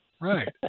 Right